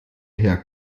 herr